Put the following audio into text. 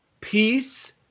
peace